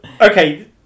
okay